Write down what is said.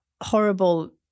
horrible